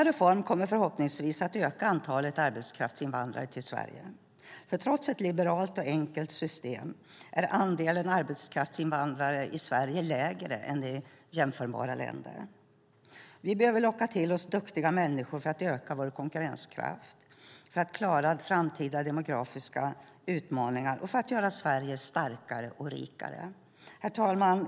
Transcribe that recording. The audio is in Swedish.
Reformen kommer förhoppningsvis att öka antalet arbetskraftsinvandrare i Sverige, för trots ett liberalt och enkelt system är andelen arbetskraftsinvandrare i Sverige lägre än i jämförbara länder. Vi behöver locka till oss duktiga människor för att öka vår konkurrenskraft, för att klara framtida demografiska utmaningar och för att göra Sverige starkare och rikare. Herr talman!